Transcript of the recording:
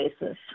basis